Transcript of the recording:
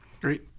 Great